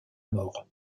mort